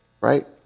Right